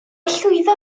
llwyddo